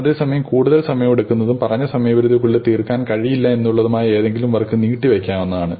അതേസമയം കൂടുതൽ സമയമെടുക്കുന്നതും പറഞ്ഞ സമയപരിധിക്കുള്ളിൽ തീർക്കാൻ കഴിയില്ല എന്നുള്ളതുമായ എന്തെങ്കിലും വർക് നീട്ടിവെക്കാവുന്നതാണ്